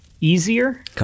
easier